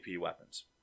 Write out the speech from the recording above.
weapons